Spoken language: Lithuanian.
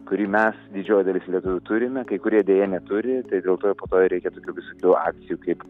kurį mes didžioji dalis lietuvių turime kai kurie deja neturi tai dėl to po to ir reikia visokių akcijų kaip